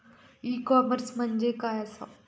E commerce म्हणजे काय असा?